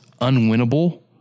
unwinnable